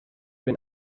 been